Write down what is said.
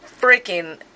freaking